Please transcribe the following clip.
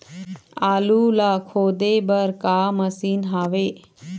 आलू ला खोदे बर का मशीन हावे?